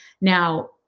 Now